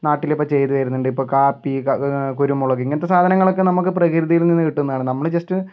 നാട്ടിൽ ഇപ്പം ചെയ്തുവരുന്നുണ്ട് ഇപ്പം കാപ്പി ക കുരുമുളക് ഇങ്ങനത്തെ സാധനങ്ങളൊക്കെ നമുക്ക് പ്രകൃതിയിൽ നിന്ന് കിട്ടുന്നതാണ് നമ്മുടെ ജസ്റ്റ്